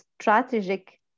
strategic